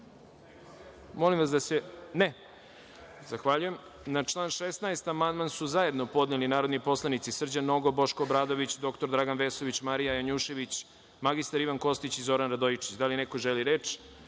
o zakonskom predlogu i amandmanima. Na član 11. amandman su zajedno podneli narodni poslanici Srđan Nogo, Boško Obradović, dr Dragan Vesović, Marija Janjušević, magistar Ivan Kostić i Zoran Radojičić. Da li neko želi reč?